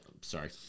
Sorry